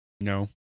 no